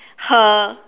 her